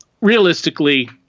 realistically